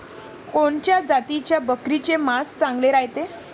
कोनच्या जातीच्या बकरीचे मांस चांगले रायते?